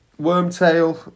Wormtail